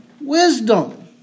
wisdom